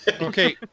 Okay